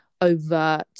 overt